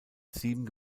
sieben